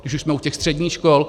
Když už jsme u těch středních škol.